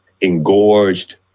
engorged